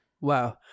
Wow